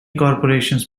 corporations